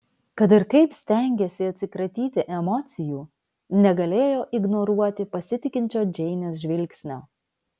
kad ir kaip stengėsi atsikratyti emocijų negalėjo ignoruoti pasitikinčio džeinės žvilgsnio